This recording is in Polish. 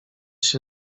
się